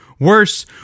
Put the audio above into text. Worse